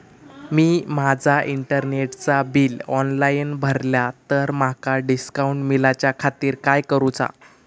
मी माजा इंटरनेटचा bill online भरला तर माका डिस्काउंट मिलाच्या खातीर काय करुचा?